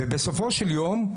ובסופו של יום,